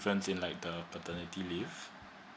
different in like the paternity leave